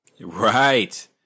Right